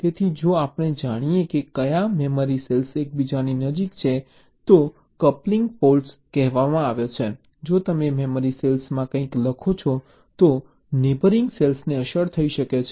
તેથી જો આપણે જાણીએ કે કયા મેમરી સેલ્સ એકબીજાની નજીક છે તો કપ્લીંગ ફોલ્ટ કહેવાય છે જો તમે મેમરી સેલમાં કંઈક લખો છો તો નેબરિંગ સેલને અસર થઈ શકે છે